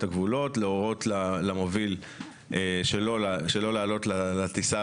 הגבולות להורות למוביל שלא להעלות לטיסה,